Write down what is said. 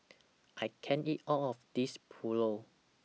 I can't eat All of This Pulao